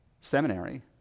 Seminary